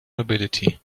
nobility